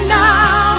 now